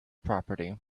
property